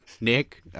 Nick